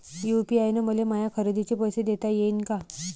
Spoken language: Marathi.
यू.पी.आय न मले माया खरेदीचे पैसे देता येईन का?